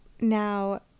Now